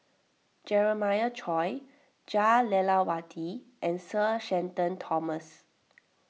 Jeremiah Choy Jah Lelawati and Sir Shenton Thomas